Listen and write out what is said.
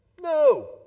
No